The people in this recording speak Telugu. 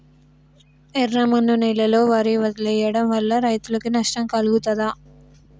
ఎర్రమన్ను నేలలో వరి వదిలివేయడం వల్ల రైతులకు నష్టం కలుగుతదా?